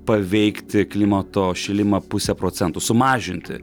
paveikti klimato šilimą puse procento sumažinti